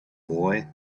boy